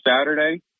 Saturday